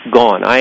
gone